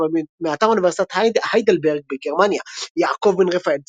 מאתר אוניברסיטת היידלברג בגרמניה יעקב בן רפאל צנוע,